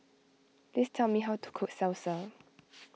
please tell me how to cook Salsa